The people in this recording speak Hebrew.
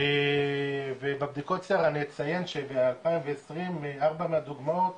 ובבדיקות שיער אני אציין שב-2020 בארבע מהדוגמאות